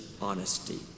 honesty